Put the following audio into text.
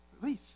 relief